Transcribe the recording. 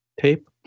tape